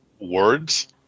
words